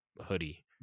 hoodie